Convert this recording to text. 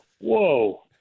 whoa